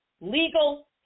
legal